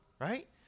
right